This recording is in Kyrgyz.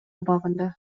абагында